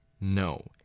No